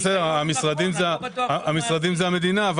המשרדים זה המדינה.